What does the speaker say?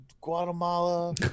Guatemala